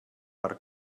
per